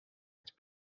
het